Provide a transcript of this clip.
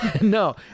No